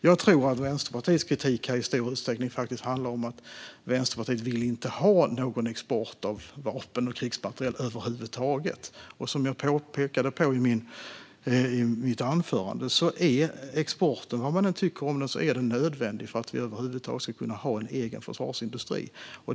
Jag tror att Vänsterpartiets kritik i stor utsträckning handlar om att man inte vill ha någon export av vapen och krigsmateriel över huvud taget. Som jag pekade på i mitt anförande är exporten nödvändig, vad man än tycker om den, för att vi alls ska kunna ha en egen försvarsindustri.